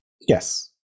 Yes